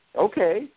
Okay